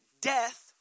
death